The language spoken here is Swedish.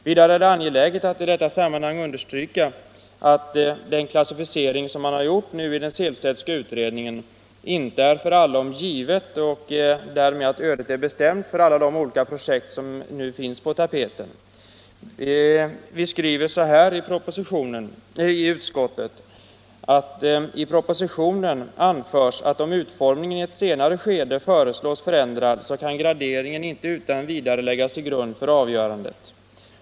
Vidare är det angeläget att i detta sammanhang understryka att den klassificering som man har gjort i den Sehlstedtska utredningen inte är för allom given och att därmed ödet skulle vara bestämt för alla de olika projekt som nu är på tapeten. Vi skriver på s. 29 i civilutskottets betänkande nr 28: ”I propositionen anförs att om utformningen i ett senare skede föreslås ändrad så kan graderingen inte utan vidare läggas till grund för avgörandet.